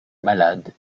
malade